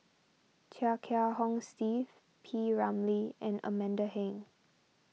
Chia Kiah Hong Steve P Ramlee and Amanda Heng